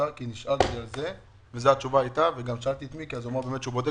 שאלתי את מיקי, והוא אמר שהוא בודק.